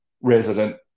resident